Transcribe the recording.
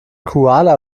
kuala